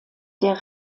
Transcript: der